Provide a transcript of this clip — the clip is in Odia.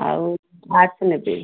ଆଉ ଆର୍ଟ୍ସ ନେବି